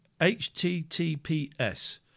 HTTPS